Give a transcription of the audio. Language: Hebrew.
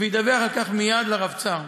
וידווח על כך מייד לרבצ"ר.